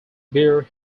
bear